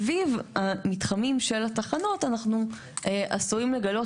סביב המתחמים של התחנות אנחנו עשויים לגלות